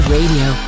Radio